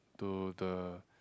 to the